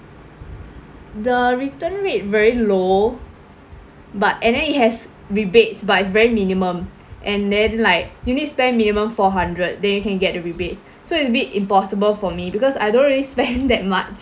the return rate very low but and then it has rebates but it's very minimum and then like you need spend minimum four hundred then you can get the rebates so it's a bit impossible for me because I don't really spend that much